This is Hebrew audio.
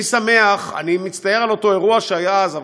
אני מצטער על אותו אירוע שהיה אז,